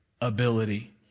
ability